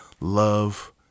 love